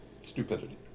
stupidity